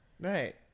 Right